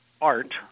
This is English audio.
art